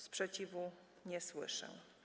Sprzeciwu nie słyszę.